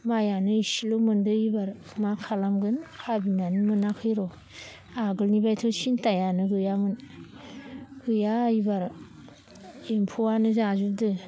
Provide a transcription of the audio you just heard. माइयानो इसेल' मोनदो एबार मा खालामगोन भाबिनानै मोनाखैर' आगोलनिबाथ' सिन्थायानो गैयामोन गैया एबार एम्फौआनो जाजोबदो